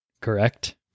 Correct